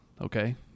Okay